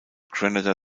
granada